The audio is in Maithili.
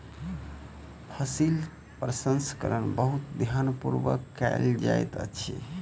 फसील प्रसंस्करण बहुत ध्यान पूर्वक कयल जाइत अछि